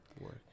work